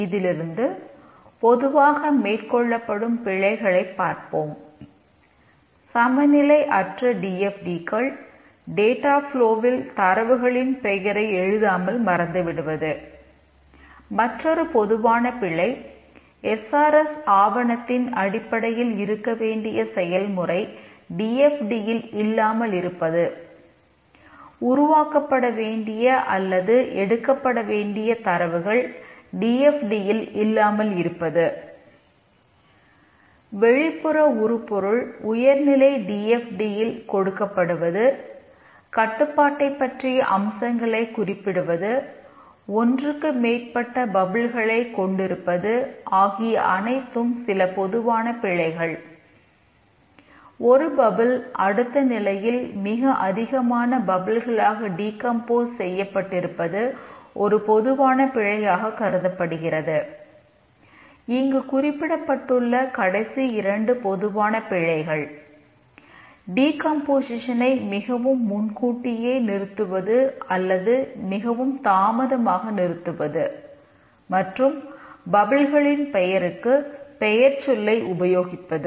இதிலிருந்து பொதுவாக மேற்கொள்ளப்படும் பிழைகளைப் பார்ப்போம் சமநிலை அற்ற டி எஃப் டி கள் பெயருக்கு பெயர்ச்சொல்லை உபயோகிப்பது